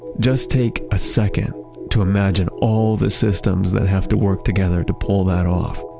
just take a second to imagine all the systems that have to work together to pull that off.